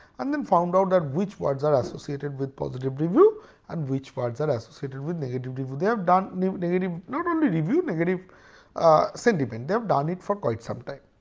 and then found out that which words are associated with positive review and which words are associated with negative review. they have done negative not only review negative sentiments they have done it for quite sometimes.